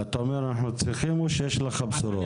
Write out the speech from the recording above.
אתה אומר, אנחנו צריכים, או שיש לך בשורות?